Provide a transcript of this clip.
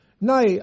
nay